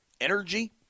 energy